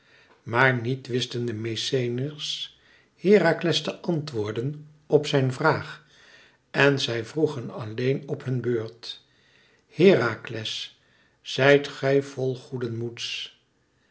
maar niet wisten de mykenæërs herakles te antwoorden op zijn vraag en zij vroegen alleen op hun beurt herakles zijt gij vol goeden moeds